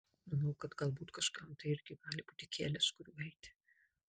manau kad galbūt kažkam tai irgi gali būti kelias kuriuo eiti